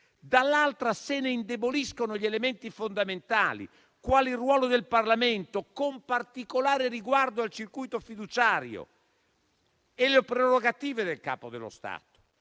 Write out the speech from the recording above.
dall'altra, se ne indeboliscono gli elementi fondamentali, quali il ruolo del Parlamento, con particolare riguardo al circuito fiduciario, e le prerogative del Capo dello Stato.